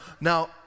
now